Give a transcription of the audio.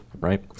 right